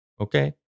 okay